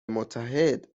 متحد